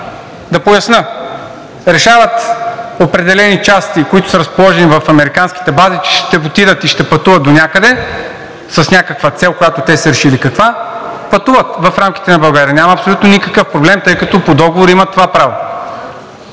Да поясня, решават определени части, които са разположени в американските бази, че ще пътуват донякъде, с някаква цел, която те са решили каква, пътуват в рамките на България – няма абсолютно никакъв проблем, тъй като по договор имат това право.